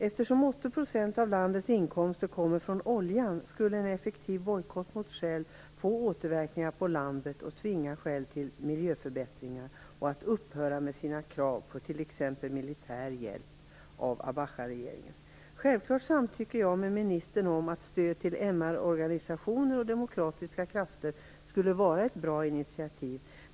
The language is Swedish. Eftersom 80 % av landets inkomster kommer från oljan skulle en effektiv bojkott mot Shell få återverkningar på landet, tvinga Shell till miljöförbättringar och även tvinga företaget att upphöra med sina krav på t.ex. militär hjälp från Självklart instämmer jag med ministern om att stöd till MR-organisationer och demokratiska krafter skulle vara ett bra initiativ.